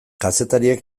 kazetariek